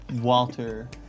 Walter